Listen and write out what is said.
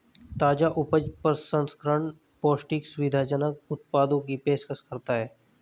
ताजा उपज प्रसंस्करण पौष्टिक, सुविधाजनक उत्पादों की पेशकश करता है